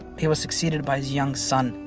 he was succeeded by his young son,